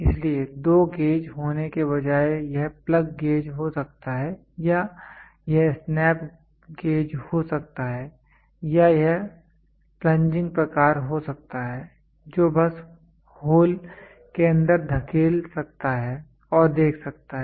इसलिए दो गेज होने के बजाय यह प्लग गेज हो सकता है या यह स्नैप गेज हो सकता है या यह प्लंजिंग प्रकार हो सकता है जो बस होल के अंदर धकेल सकता है और देख सकता है